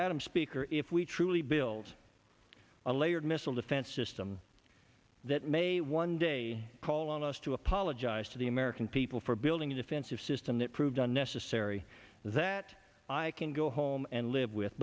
if speaker if we truly build a layered missile defense system that may one day call on us to apologize to the american people for building a defensive system that proved unnecessary that i can go home and live with